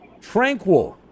Tranquil